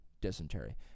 dysentery